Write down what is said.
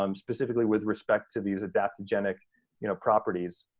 um specifically with respect to these adaptogenic you know properties.